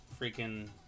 freaking